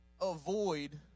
avoid